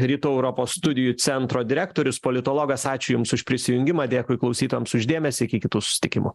rytų europos studijų centro direktorius politologas ačiū jums už prisijungimą dėkui klausytojams už dėmesį iki kitų susitikimų